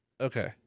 okay